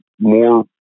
more